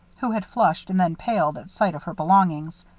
who had flushed and then paled at sight of her belongings.